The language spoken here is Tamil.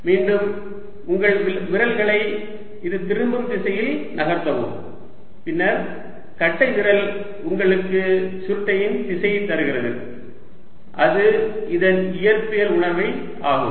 மீண்டும் உங்கள் விரல்களை இது திரும்பும் திசையில் நகர்த்தவும் பின்னர் கட்டைவிரல் உங்களுக்கு சுருட்டையின் திசையை தருகிறது அது இதன் இயற்பியல் உணர்வு ஆகும்